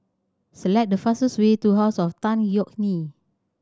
select the fastest way to House of Tan Yeok Nee